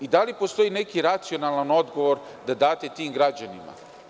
Da li postoji neki racionalan odgovor da date tim građanima?